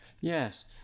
Yes